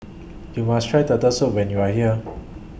YOU must Try Turtle Soup when YOU Are here